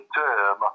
term